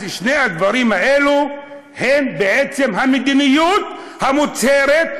אז שני הדברים האלו הם בעצם המדיניות המוצהרת.